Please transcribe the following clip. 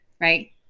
right